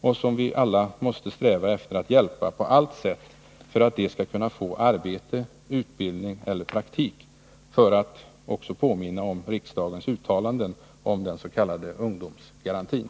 Vi måste alla sträva efter att hjälpa dem på allt sätt för att de skall kunna få arbete, utbildning eller praktik, för att påminna om riksdagens uttalanden om den s.k. ungdomsgarantin.